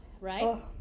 right